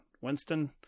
Winston